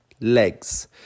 legs